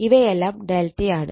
ഇവയെല്ലാം ∆ യാണ്